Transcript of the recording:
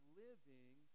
living